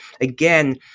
again